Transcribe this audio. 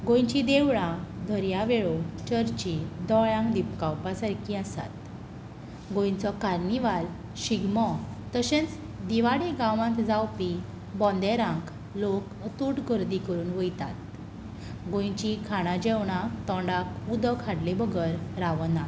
गोंयचीं देवळां दर्यावेळो चर्ची दोळ्यांक दिपकावपा सारकीं आसात गोंयचो कार्निवाल शिगमो तशेंच दिवार हे गांवांत जावपी बोंदेरांक लोक उपट गर्दी करून वयतात गोंयचीं खाणां जेवणां तोंडाक उदक हाडले बगर रावनात